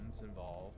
involved